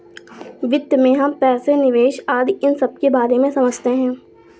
वित्त में हम पैसे, निवेश आदि इन सबके बारे में समझते हैं